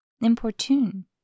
importune